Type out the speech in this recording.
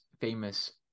famous